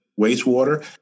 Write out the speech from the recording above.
wastewater